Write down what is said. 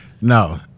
No